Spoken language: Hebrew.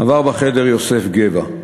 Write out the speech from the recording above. עבר בחדר יוסף גבע.